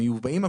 שמיובאים.